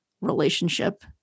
relationship